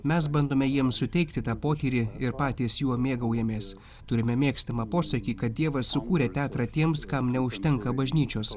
mes bandome jiem suteikti tą potyrį ir patys juo mėgaujamės turime mėgstamą posakį kad dievas sukūrė teatrą tiems kam neužtenka bažnyčios